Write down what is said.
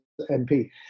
MP